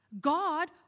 God